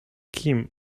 kim